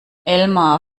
elmar